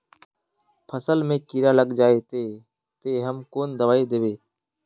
फसल में कीड़ा लग जाए ते, ते हम कौन दबाई दबे?